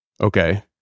Okay